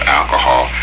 alcohol